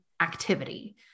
activity